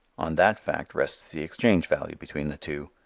on that fact rests the exchange value between the two.